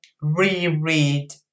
reread